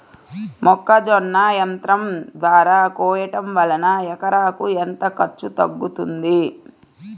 మొక్కజొన్న యంత్రం ద్వారా కోయటం వలన ఎకరాకు ఎంత ఖర్చు తగ్గుతుంది?